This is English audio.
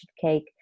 cake